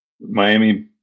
Miami